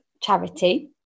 Charity